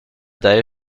day